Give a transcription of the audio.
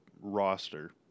roster